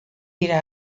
dira